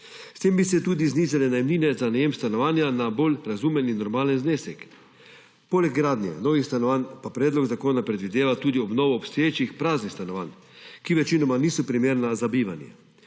S tem bi se tudi znižale najemnine za najem stanovanja na bolj razumen in normalen znesek. Poleg gradnje novih stanovanj predlog zakona predvideva tudi obnovo obstoječih praznih stanovanj, ki večinoma niso primerna za bivanje.